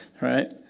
Right